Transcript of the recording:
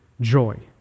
joy